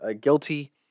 guilty